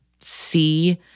see